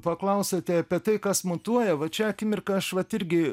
paklausėte apie tai kas mutuoja vat šią akimirką aš vat irgi